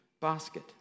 basket